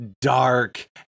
dark